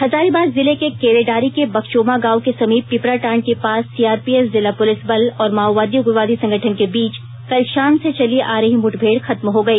हजारीबाग जिले के केरेडारी के बकचोमा गांव के समीप पिपराटांड के पास सीआरपीएफ जिला पुलिस बल और माओवादी उग्रवादी संगठन के बीच कल शाम से चली आ रही मुठभेड़ खत्म हो गई